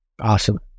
Awesome